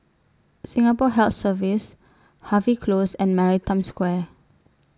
Singapore Health Services Harvey Close and Maritime Square